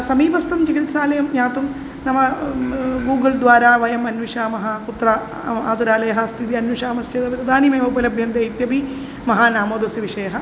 समीपस्थं चिकित्सालयं ज्ञातुं नाम गूगल् द्वारा वयम् अन्विषामः कुत्र आतुरालयः अस्ति इति अन्विषामश्चेदपि तदानीमेव उपलभ्यन्ते इत्यपि महान् आमोदस्य विषयः